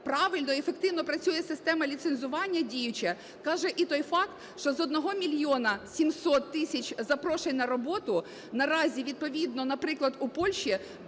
правильно і ефективно працює система ліцензування діюча, каже і той факт, що з 1 мільйона 700 тисяч запрошень на роботу наразі відповідно, наприклад, у Польщі